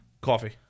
Coffee